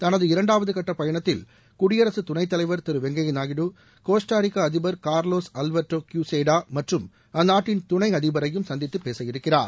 தனது இரண்டாவது கட்ட பயணத்தில் குடியரசு துணைத் தலைவர் திரு வெங்கைய நாயுடு கோஸ்டரிக்கா அதிபர் கார்லோஸ் அல்வர்டோ க்பூசேடா மற்றும் அந்நாட்டின் துணை அதிபரையும் சந்தித்து பேசவிருக்கிறார்